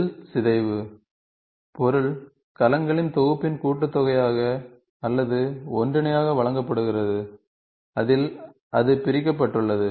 செல் சிதைவு பொருள் கலங்களின் தொகுப்பின் கூட்டுத்தொகையாக அல்லது ஒன்றிணையாக வழங்கப்படுகிறது அதில் அது பிரிக்கப்பட்டுள்ளது